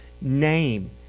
name